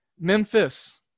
Memphis